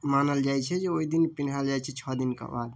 मानल जाइ छै जे ओहि दिन पहिरायल जाइ छै छओ दिनके बाद